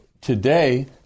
today